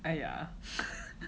ah yeah